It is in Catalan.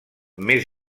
més